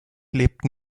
lebten